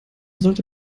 sollte